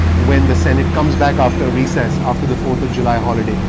when the senate comes back after recess after the fourth of july holiday.